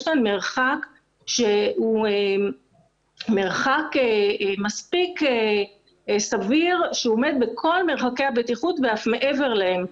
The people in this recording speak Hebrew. כאן מרחק שהוא מרחק מספיק סביר שעומד בכל מרחקי הבטיחות ואף מעבר להם.